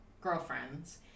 girlfriends